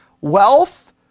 wealth